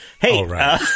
Hey